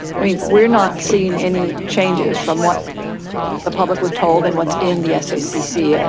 i mean, we're not seeing any changes from what the public was told and what's in the sscc. ah